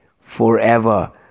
forever